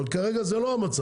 אבל כרגע זה לא המצב,